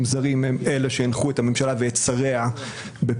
זרים הם אלה שהנחו את הממשלה ואת שריה בפעולתם.